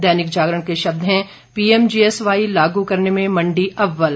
दैनिक जागरण के शब्द हैं पीएमजीएसवाई लागू करने में मंडी अव्वल